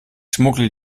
schmuggle